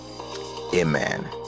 Amen